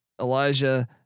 Elijah